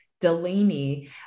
Delaney